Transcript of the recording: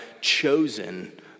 chosen